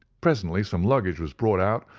presently some luggage was brought out,